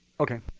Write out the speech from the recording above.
ok.